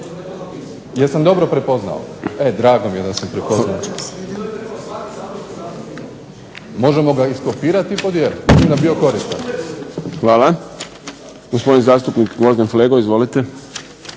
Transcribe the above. Hvala. Gospodin zastupnik Gvozden Flego. Izvolite.